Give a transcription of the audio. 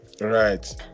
Right